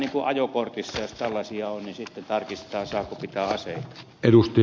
jos tällaisia on niin sitten tarkistetaan saako pitää aseita